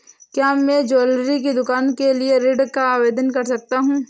क्या मैं ज्वैलरी की दुकान के लिए ऋण का आवेदन कर सकता हूँ?